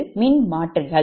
இது மின்மாற்றிகள்